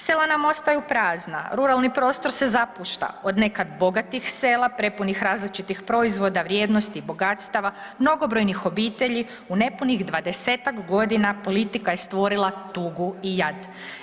Sela nam ostaju prazna, ruralni prostor se zapušta od nekad bogatih sela prepunih različitih proizvoda, vrijednosti i bogatstava, mnogobrojnih obitelji u nepunih dvadesetak godina politika je stvorila tugu i jad.